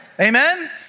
Amen